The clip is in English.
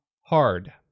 Hard